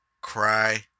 Cry